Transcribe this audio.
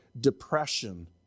depression